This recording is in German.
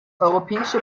europäische